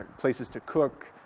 places to cook,